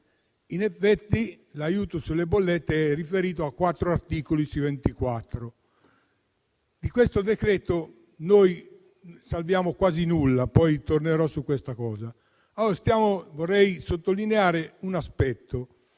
in effetti, l'aiuto sulle bollette è riferito a soli quattro articoli su 24. Di questo decreto noi non salviamo quasi nulla, ma tornerò sul punto. Vorrei sottolineare un aspetto: